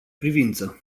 privință